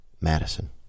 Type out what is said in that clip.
Madison